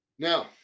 Now